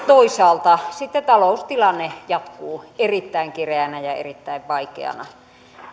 toisaalta sitten taloustilanne jatkuu erittäin kireänä ja erittäin vaikeana